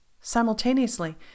Simultaneously